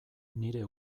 nire